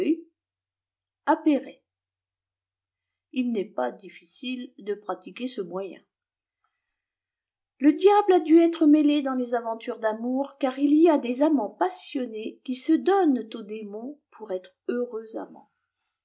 w ft'et pas dîifieile dç j atiqc ce moyen le diable a dû être mêlé dans les aventures d'amour car il y a dei asmits passionnés qui se dodqt au démon pour être heureux